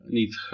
niet